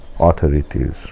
authorities